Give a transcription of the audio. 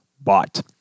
bought